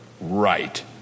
Right